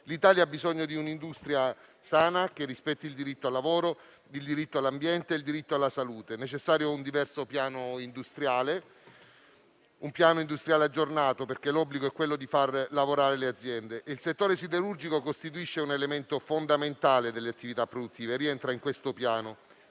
L'Italia ha bisogno di un'industria sana, che rispetti il diritto al lavoro, il diritto all'ambiente e il diritto alla salute. È necessario un piano industriale diverso e aggiornato, perché l'obbligo è quello di far lavorare le aziende. Il settore siderurgico costituisce un elemento fondamentale delle attività produttive e rientra in questo piano.